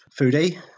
Foodie